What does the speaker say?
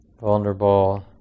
vulnerable